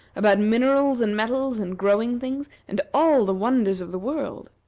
about minerals, and metals, and growing things, and all the wonders of the world!